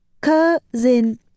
cousin